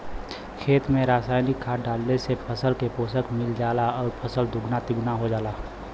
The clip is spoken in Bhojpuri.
खेत में रासायनिक खाद डालले से फसल के पोषण मिल जाला आउर फसल दुगुना तिगुना हो जाला